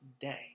day